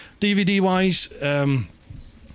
DVD-wise